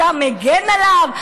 אתה מגן עליו?